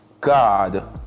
God